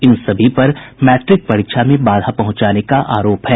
इन सभी पर मैट्रिक परीक्षा में बाधा पहंचाने का आरोप है